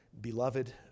beloved